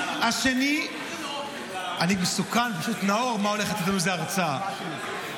אני מסוקרן, נאור, מה הולך --- איזו הרצאה.